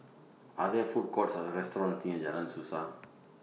Are There Food Courts Or restaurants near Jalan Suasa